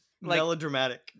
melodramatic